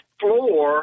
floor